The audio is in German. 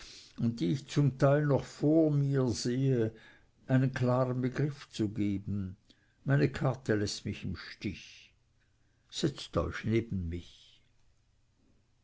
und die ich zum teil noch vor mir sehe einen klaren begriff zu geben meine karte läßt mich im stich setzt euch neben mich